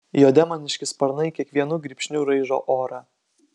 jo demoniški sparnai kiekvienu grybšniu raižo orą